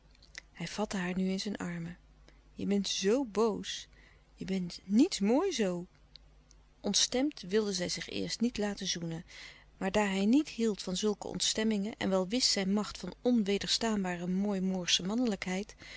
hij vatte haar nu in zijn armen je bent zoo boos je bent niets mooi zoo ontstemd wilde zij zich eerst niet laten zoenen maar daar hij niet hield van zulke ontstemmingen en wel wist zijn macht van louis couperus de stille kracht onwederstaanbare mooi moorsche mannelijkheid